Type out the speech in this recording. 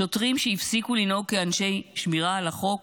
שוטרים הפסיקו לנהוג כאנשי שמירה על החוק,